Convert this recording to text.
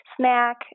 snack